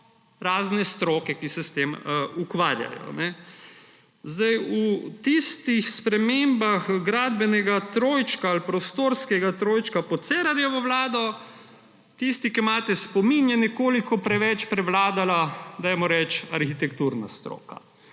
razne stroke, ki se s tem ukvarjajo. V tistih spremembah gradbenega ali prostorskega trojčka pod Cerarjevo vlado – tisti, ki imate spomin – je nekoliko preveč prevladala, dajmo reči, arhitekturna stroka.